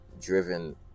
driven